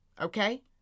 Okay